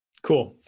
cool.